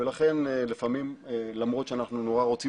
ולכן לפעמים למרות שאנחנו נורא רוצים